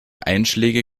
einschläge